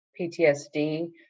PTSD